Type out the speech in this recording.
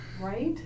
right